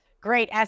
great